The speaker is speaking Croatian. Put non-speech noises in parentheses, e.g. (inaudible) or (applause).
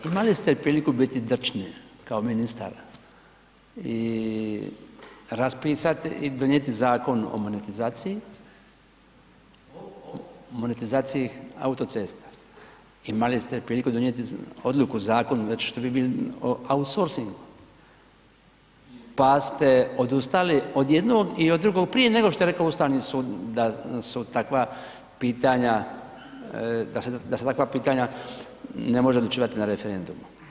Imali ste priliku biti drčan kao ministar i raspisati i donijeti Zakon o monetizaciji, monetizaciji autocesta, imali ste priliku donijeti odluku o zakonu ... (unintelligible) outsourcingu pa ste odustali od jednog i od drugog prije nego što je rekao Ustavni sud da su takva pitanja, da se takva pitanje ne mogu odlučivati na referendumu.